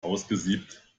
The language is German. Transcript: ausgesiebt